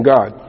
God